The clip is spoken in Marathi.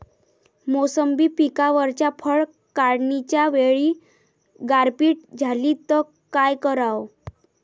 मोसंबी पिकावरच्या फळं काढनीच्या वेळी गारपीट झाली त काय कराव?